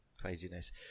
craziness